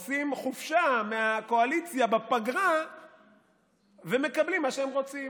עושים חופשה מהקואליציה בפגרה ומקבלים מה שהם רוצים.